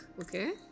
okay